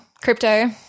crypto